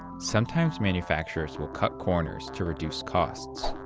sometimes manufacturers will cut corners to reduce costs.